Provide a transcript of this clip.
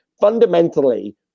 fundamentally